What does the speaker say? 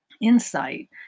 insight